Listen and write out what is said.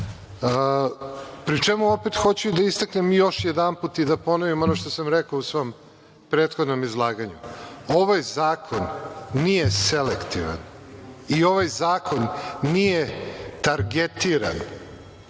čemu opet hoću da istaknem još jedanput i da ponovim ono što sam rekao u svom prethodnom izlaganju, ovaj zakon nije selektivan i ovaj zakon nije targetiran,